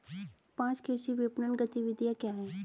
पाँच कृषि विपणन गतिविधियाँ क्या हैं?